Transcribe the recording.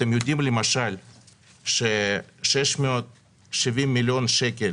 אתם יודעים למשל ש-670 מיליון שקל